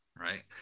right